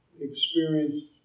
experienced